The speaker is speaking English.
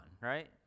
right